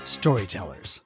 Storytellers